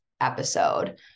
episode